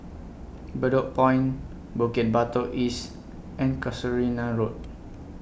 Bedok Point Bukit Batok East and Casuarina Road